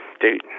dude